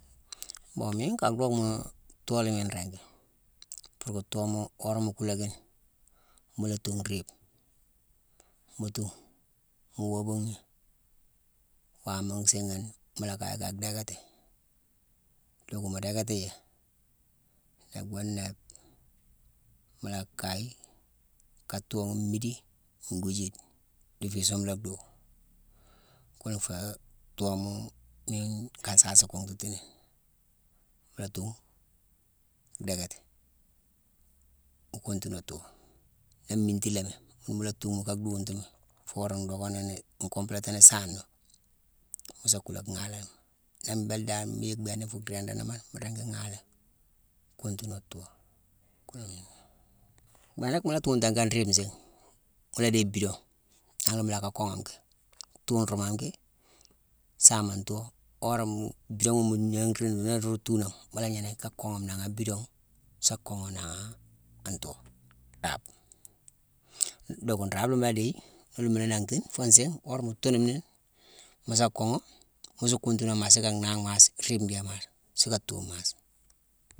Mbon, miine nka dhockma: thoo la miine nringi. Purké thooma, worama mu kulaki ni, mu la tungh riibe, mu tungh, mu woobughi, waama nsiighine, mu la kayi ka dhéckati. Looku mu dékati yi, nnébego nébe mu la kayi ka thoo mmidine, ngwijide, di fi isumelane dhuu. Kuna féé thooma mine nka nsaasi konghtiti ni. Mu la tungh, dhéckati. Mu kontina thoo. Nii mmiti lami, mune mu la tunghmi ka dhuntimi foo worama dhocka nini, mkompléta ni saane, musa kuulé ghalaghi. Nii mbéle dan mu yick bhééna fuu linranamo ni, mu ringi ghanlé, kontinua thoo. bhéénack mu la tuntame ki an riibe nsiigh, mu la déye bidon, nanghna mu lacka konghame ki, thuurumanime saama an too. Worama bidoma mu nanghrini, nii rune tuuname, mu la gnéname ki, ka kooghame nangha abidongh sa goghé nangha an too thaape. Docka nraabe la mu la déyi, muna mu la nanghtine foo nsiigh, worama mu tuunume ni, mu sa koogha, mu su kontinaa maase sucka nhangh maase riibe ndhéé maase sucka thoowume maase.